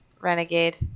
Renegade